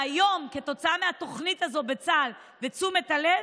והיום, כתוצאה מהתוכנית הזאת בצה"ל ותשומת הלב,